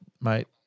mate